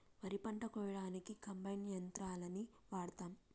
వరి పంట కోయడానికి కంబైన్ యంత్రాలని వాడతాం